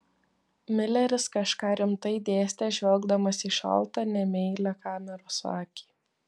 mileris kažką rimtai dėstė žvelgdamas į šaltą nemeilią kameros akį